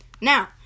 Now